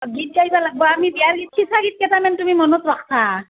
গীত গাব লাগিব আমি বিয়াৰ গীত গীত কেইটামান তুমি মনত ৰাখিবা